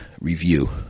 review